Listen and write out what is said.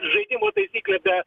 žaidimo taisyklė be